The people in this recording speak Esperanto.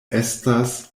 estas